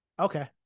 Okay